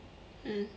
mm